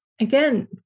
again